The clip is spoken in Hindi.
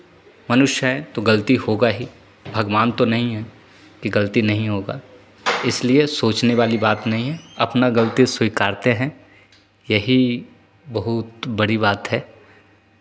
मनुष्य हैं तो गलती होगा ही भगवान तो नहीं हैं कि गलती नहीं होगा इसलिए सोचने वाली बात नहीं है अपना गलती स्वीकारते हैं यही बहुत बड़ी बात है